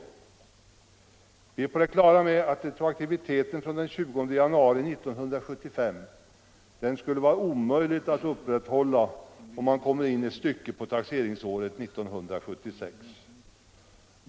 Vi är alla på det klara med att retroaktiviteten från den 20 januari 1975 är omöjlig att upprätthålla om man kommer in ett stycke på taxeringsåret 1976.